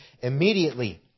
immediately